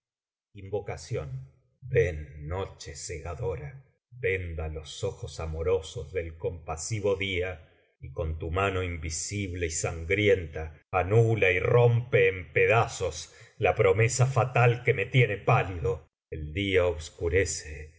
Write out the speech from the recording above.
aplaudirlo invocación ven noche cegadora venda los ojos amorosos del compasivo día y con tu mano invisible y sangrienta anula y rompe en pedazos la promesa fatal que me tiene pálido el día oscurece